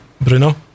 Bruno